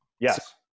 Yes